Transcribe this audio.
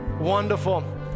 Wonderful